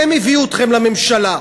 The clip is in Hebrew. הם הביאו אתכם לממשלה.